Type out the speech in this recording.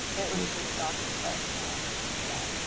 it was pretty shocking. but yeah.